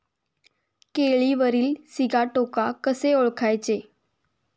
केळीवरील सिगाटोका कसे ओळखायचे?